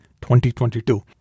2022